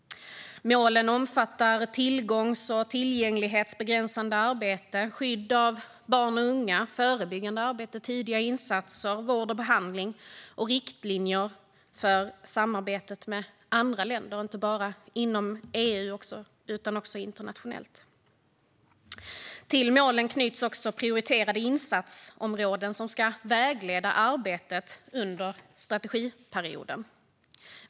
Målen omfattar tillgångs och tillgänglighetsbegränsande arbete, skydd av barn och unga, förebyggande arbete, tidiga insatser, vård och behandling samt riktlinjer för samarbetet med andra länder, inte bara inom EU utan också internationellt. Till målen knyts också prioriterade insatsområden som ska vägleda arbetet under strategiperioden.